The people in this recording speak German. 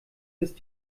ist